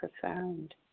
profound